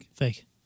Fake